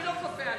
אני לא כופה עליך,